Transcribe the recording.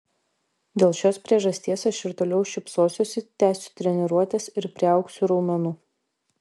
dėl šios priežasties aš ir toliau šypsosiuosi tęsiu treniruotes ir priaugsiu raumenų